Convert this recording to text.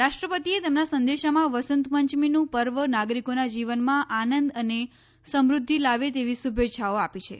રાષ્ટ્રપતિએ તેમના સંદેશામાં વસંત પંચમીનું પર્વ નાગરિકોના જીવનમાં આનંદ અને સમૃદ્ધિ લાવે તેવી શુભેચ્છાઓ આપી છે